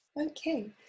Okay